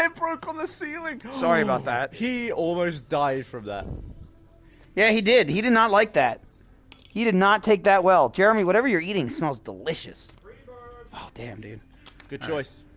um broke on the ceiling! sorry about that he almost died from that yeah he did, he did not like that he did not take that well, jeremy whatever you're eating smells delicious aw ah damn dude good choice